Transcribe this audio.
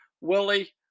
Willie